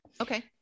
Okay